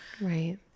right